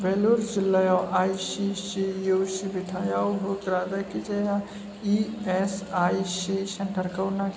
वेलुर जिल्लायाव I C C I सिबिथायाव होग्रा जायखिजाया इ एस आइ सि सेन्टारखौ नागिर